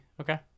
okay